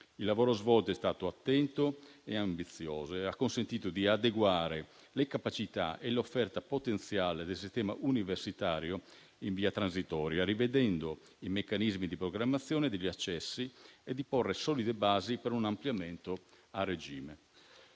Il lavoro svolto è stato attento e ambizioso e ha consentito di adeguare le capacità e l'offerta potenziale del sistema universitario in via transitoria rivedendo i meccanismi di programmazione degli accessi e di porre solide basi per un ampliamento a regime.